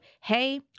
Hey